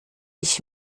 ich